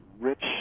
rich